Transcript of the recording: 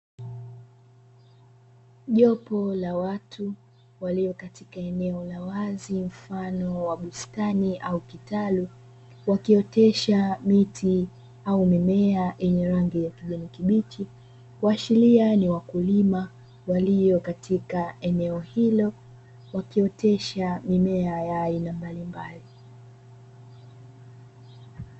Jopo la watu walio katika eneo la wazi mfano wa bustani au kitalu wakiotesha miti au mimea yenye rangi ya kijani kibichi, kuashiria ni wakulima walio katika eneo hilo wakiotesha mimea ya aina mbalimbali.